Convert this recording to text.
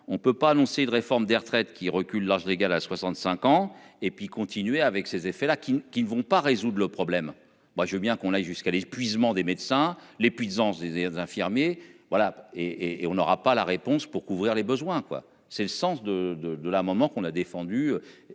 on ne peut pas annoncer de réforme des retraites qui recule l'âge légal à 65 ans et puis continuer avec ces effets là qui, qui ne vont pas résoudre le problème, moi je veux bien qu'on aille jusqu'à l'épuisement des médecins l'épuisant désir d'infirmer. Voilà et et on n'aura pas la réponse pour couvrir les besoins quoi. C'est le sens de de de la maman qu'on a défendu.